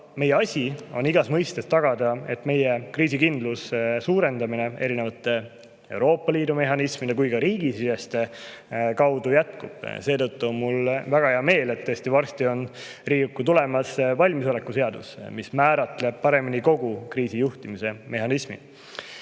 Meie asi on igas mõttes tagada, et meie kriisikindluse suurendamine nii erinevate Euroopa Liidu mehhanismide kui ka riigisiseste mehhanismide abil jätkub. Seetõttu on mul väga hea meel, et varsti tuleb Riigikokku valmisoleku seadus, mis määratleb paremini kogu kriisijuhtimise mehhanismid.